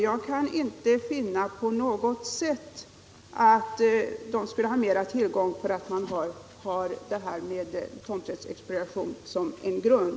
Jag kan inte på något sätt finna att kommunerna får större tillgång till marken med tomträttsexpropriationen som grund.